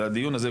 זה הדיון הזה,